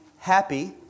happy